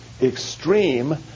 extreme